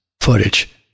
footage